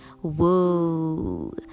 whoa